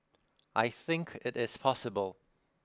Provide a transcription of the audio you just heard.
I think it is possible